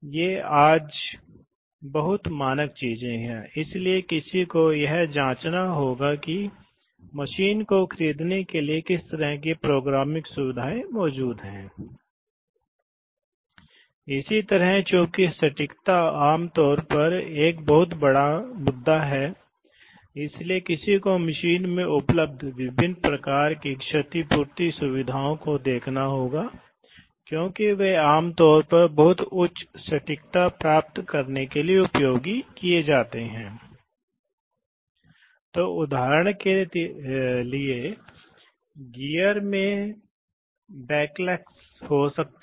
इसलिए यहाँ कोई दबाव नहीं है इसलिए यहाँ कोई दबाव नहीं है जब यहाँ कोई दबाव नहीं है तो यह वास्तव में यहाँ है इसलिए यह पायलट भी निकास से जुड़ा है ठीक है अब इसे शुरू मान लें PB दबाया जाता है तो यह इस बॉक्स में होगा इसलिए तुरंत यह दबाव इसके माध्यम से लागू किया जाएगा यह शटल चलेगा यह एक शटल वाल्व है इस शटल को दबाया जाएगा और हवा इसके माध्यम से प्रवाहित होगी यह दबाव बनाएंगे जिस क्षण यह दबाव बनाएगा यह वाल्व शिफ्ट हो जाएगा और इस स्थिति में आ जाएगा